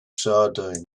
sardines